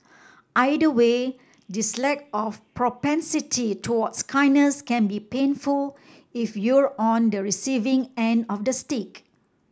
either way this lack of propensity towards kindness can be painful if you're on the receiving end of the stick